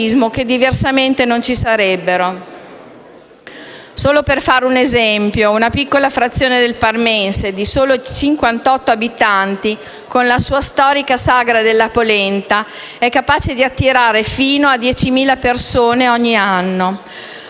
che diversamente non ci sarebbero. Solo per fare un esempio, una piccola frazione del parmense di soli 58 abitanti con la sua storica sagra della polenta è capace di attirare fino a 10.000 persone ogni anno.